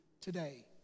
today